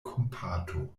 kompato